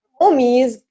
Homies